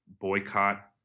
boycott